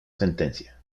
sentencia